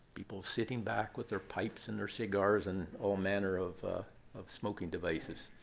people sitting back with their pipes, and their cigars, and all manner of of smoking devices.